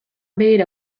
behera